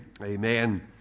Amen